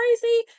crazy